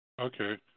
Okay